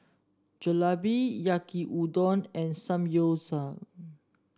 Jalebi Yaki Udon and Samgyeopsal